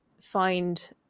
find